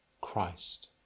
Christ